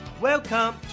Welcome